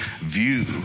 view